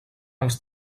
els